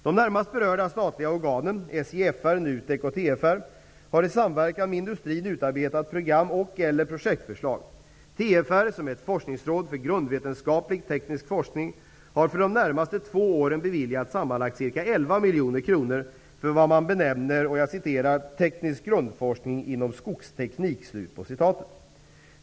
De närmast berörda statliga organen -- SJFR, NUTEK och TFR -- har i samverkan med industrin utarbetat program och/eller projektförslag. TFR, som är ett forskningsråd för grundvetenskaplig teknisk forskning, har för de närmaste två åren beviljat sammanlagt ca 11 miljoner kr för vad man benämner ''teknisk grundforskning inom skogsteknik''.